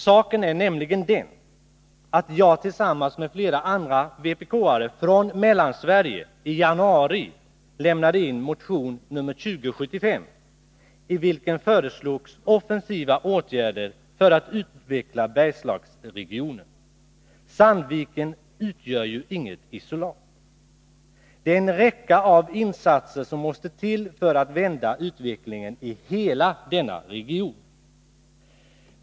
Saken är nämligen den att jag tillsammans med flera andra vpk:are från Mellansverige i januari lämnade in motion nr 2075, i vilken föreslogs offensiva åtgärder för att utveckla Bergslagsregionen. Sandviken utgör ju inget isolat. En räcka av insatser måste till för att vända utvecklingen i hela denna region.